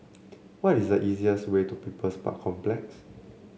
what is the easiest way to People's Park Complex